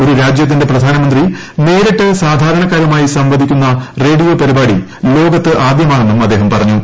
ഒരു രാജൃത്തിന്റെ പ്രധാനമന്ത്രി നേരിട്ട് സാധാരണക്കാരുമായി സംവദിക്കുന്ന റേഡിയോ പരിപാടി ലോകത്ത് ആദ്യമാണെന്നും അദ്ദേഹം പറഞ്ഞു